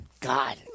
God